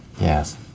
Yes